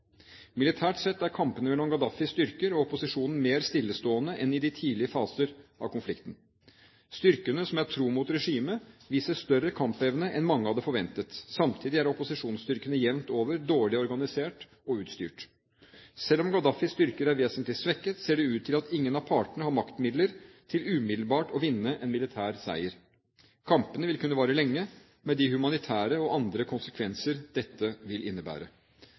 Militært sett er kampene mellom Gaddafis styrker og opposisjonen mer stillestående enn i de tidlige faser av konflikten. Styrkene som er tro mot regimet, viser større kampevne enn mange hadde forventet. Samtidig er opposisjonsstyrkene jevnt over dårlig organisert og utstyrt. Selv om Gaddafis styrker er vesentlig svekket, ser det ut til at ingen av partene har maktmidler til umiddelbart å vinne en militær seier. Kampene vil kunne vare lenge, med de humanitære og andre konsekvenser dette vil innebære.